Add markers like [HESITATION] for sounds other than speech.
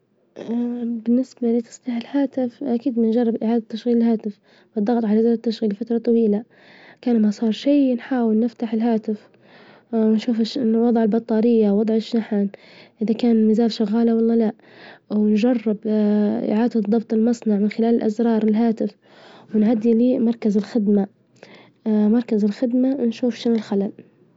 [HESITATION] بالنسبة لتصليح الهاتف أكيد بنجرب إعادة تشغيل الهاتف، والظغط على زر التشغيل لفترة طويلة، كان ما صار شيء نحاول نفتح الهاتف، [HESITATION] نشوف إيش إنه وظع البطارية، وظع الشحن، إذا كان الميزات شغالة ولا لا، أو منجرب [HESITATION] إعادة ظبط المصنع من خلال الأزرار بالهاتف، ونعدي لمركز الخدمة، [HESITATION] مركز الخدمة نشوف شنو الخلل.